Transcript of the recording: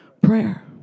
prayer